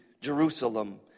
Jerusalem